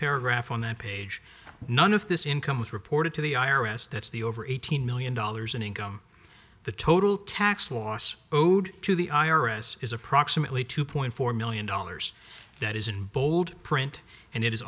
paragraph on that page none of this income was reported to the i r s that's the over eighteen million dollars in income the total tax loss owed to the i r s is approximately two point four million dollars that is in bold print and it is